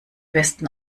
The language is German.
besten